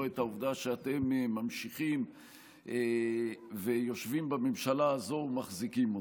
את העובדה שאתם ממשיכים ויושבים בממשלה הזו ומחזיקים אותה.